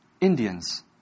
Indians